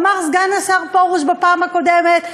אמר סגן השר פרוש בפעם הקודמת: